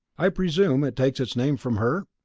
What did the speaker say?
i presume it takes its name from her?